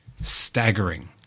Staggering